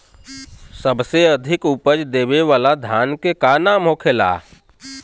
सबसे अधिक उपज देवे वाला धान के का नाम होखे ला?